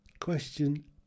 Question